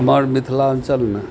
हमर मिथिलाञ्चलमे